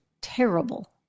terrible